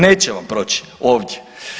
Neće vam proći ovdje!